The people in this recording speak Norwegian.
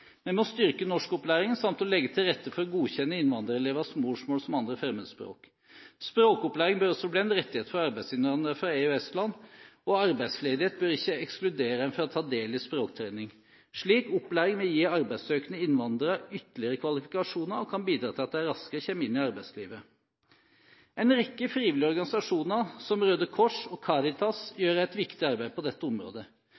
Vi må styrke norskopplæringen samt legge til rette for å godkjenne innvandrerelevers morsmål som 2. fremmedspråk. Språkopplæring bør også bli en rettighet for arbeidsinnvandrere fra EØS-land, og arbeidsledighet bør ikke ekskludere en fra å ta del i språktrening. Slik opplæring vil gi arbeidssøkende innvandrere ytterligere kvalifikasjoner og kan bidra til at de raskere kommer inn i arbeidslivet. En rekke frivillige organisasjoner, som Røde Kors og